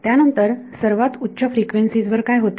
त्यानंतर सर्वात उच्च फ्रिक्वेन्सीज वर काय होते